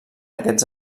aquests